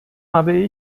habe